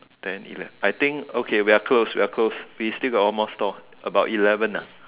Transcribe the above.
ten eleven I think okay we are close we are close we still got one more store about eleven lah